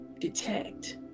detect